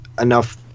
enough